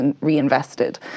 reinvested